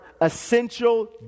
essential